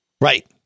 Right